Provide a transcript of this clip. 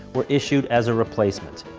were issued as a replacement.